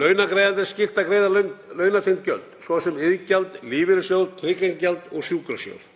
Launagreiðanda er skylt að greiða launatengd gjöld, svo sem iðgjald lífeyrissjóðs, tryggingagjald og sjúkrasjóð,